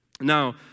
Now